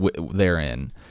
therein